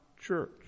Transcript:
church